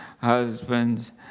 husbands